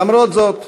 למרות זאת,